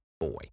boy